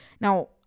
Now